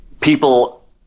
people